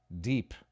deep